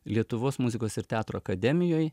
lietuvos muzikos ir teatro akademijoj